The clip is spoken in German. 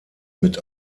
mit